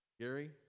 Gary